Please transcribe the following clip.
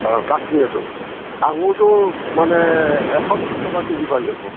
অঁ কাশ্মীৰৰটো আঙুৰটো মানে এশ বিছ টকা কেজি পাই যাব